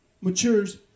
matures